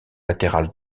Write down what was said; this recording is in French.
latéral